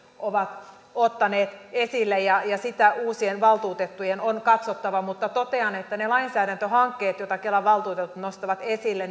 ovat ottaneet esille ja sitä uusien valtuutettujen on katsottava mutta totean että ne lainsäädäntöhankkeet jotka kelan valtuutetut nostavat esille